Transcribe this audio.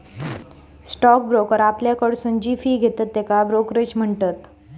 stock broker आपल्याकडसून जी fee घेतत त्येका ब्रोकरेज म्हणतत